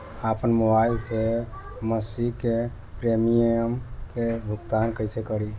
आपन मोबाइल से मसिक प्रिमियम के भुगतान कइसे करि?